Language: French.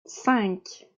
cinq